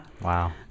wow